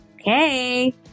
Okay